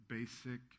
Basic